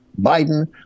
Biden